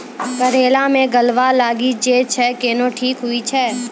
करेला मे गलवा लागी जे छ कैनो ठीक हुई छै?